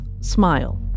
smile